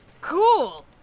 Cool